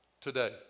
today